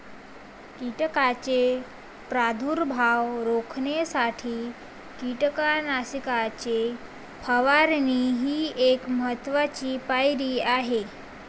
कीटकांचा प्रादुर्भाव रोखण्यासाठी कीटकनाशकांची फवारणी ही एक महत्त्वाची पायरी आहे